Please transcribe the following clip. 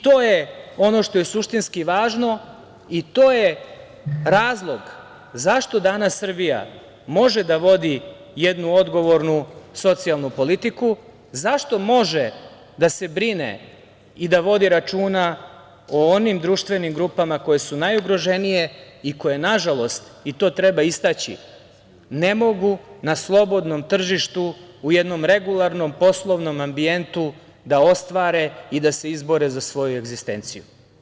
To je ono što je suštinski važno, i to je razlog zašto danas Srbija može da vodi jednu odgovornu socijalnu politiku, zašto može da se brine i da vodi računa o onim društvenim grupama koje su najugroženije i koje, nažalost, i to treba istaći, ne mogu na slobodnom tržištu, u jednom regularnom poslovnom ambijentu da ostvare i da se izbore za svoju egzistenciju.